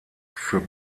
für